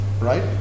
right